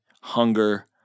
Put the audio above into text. hunger